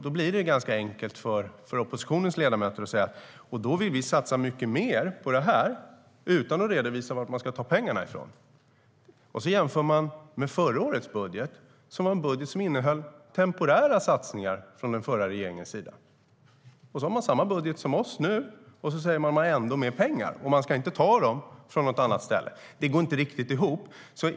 Det blir ganska enkelt för oppositionens ledamöter att säga "Vi vill satsa mycket mer på det här" - utan att redovisa varifrån man ska ta pengarna. Och sedan jämför man med förra årets budget, som var en budget som innehåll temporära satsningar från den förra regeringens sida. Nu har man samma budget som vi men säger ändå att man har mer pengar och inte ska ta pengarna från något annat ställe. Det går inte riktigt ihop.